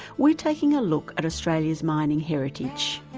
we're taking a look at australia's mining heritage.